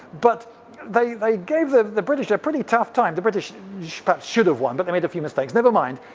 but they they gave the the british a pretty tough time. the british perhaps should have won, but they made a few mistakes, never mind.